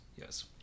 Yes